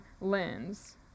lens